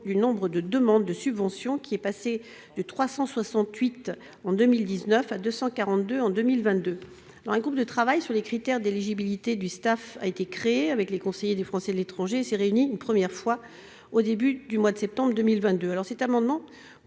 du nombre de demandes de subvention : il est passé de 368 en 2019 à 242 en 2022. Un groupe de travail sur les critères d'éligibilité au Stafe a été créé avec les conseillers du Français de l'étranger, il s'est réuni une première fois au début du mois de septembre 2022.